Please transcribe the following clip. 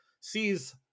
sees